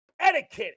etiquette